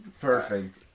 Perfect